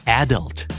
adult